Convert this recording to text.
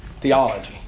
theology